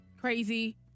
Crazy